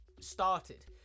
started